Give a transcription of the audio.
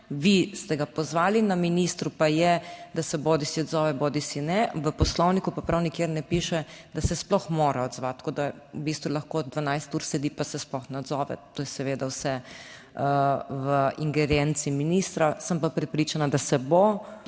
Vi ste ga pozvali, na ministru pa je, da se bodisi odzove bodisi ne. V Poslovniku pa prav nikjer ne piše, da se sploh mora odzvati. Tako da, v bistvu lahko 12 ur sedi, pa se sploh ne odzove, to je seveda vse v ingerenci ministra. Sem pa prepričana, da se bo